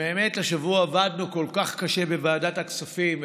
באמת השבוע עבדנו כל כך קשה בוועדת הכספים.